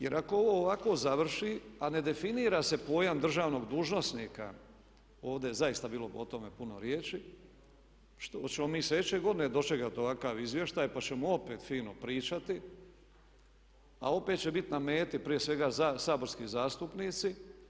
Jer ako ovo ovako završi a ne definira se pojam državnog dužnosnika, ovdje je zaista bilo o tome puno riječi, što ćemo mi i sljedeće godine dočekati ovakav izvještaj pa ćemo opet fino pričati a opet će biti na meti prije svega saborski zastupnici?